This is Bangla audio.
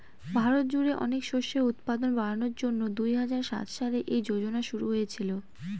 ভারত জুড়ে অনেক শস্যের উৎপাদন বাড়ানোর জন্যে দুই হাজার সাত সালে এই যোজনা শুরু হয়েছিল